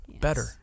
better